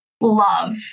love